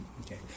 Okay